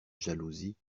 jalousie